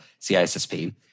CISSP